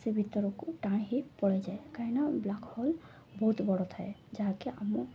ସେ ଭିତରକୁ ଟାଣି ହୋଇ ପଳାଇଯାଏ କାହିଁକିନା ବ୍ଲାକ୍ ହୋଲ୍ ବହୁତ ବଡ଼ ଥାଏ ଯାହାକି ଆମ